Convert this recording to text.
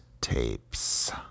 Tapes